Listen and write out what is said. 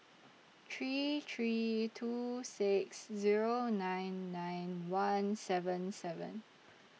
three three two six Zero nine nine one seven seven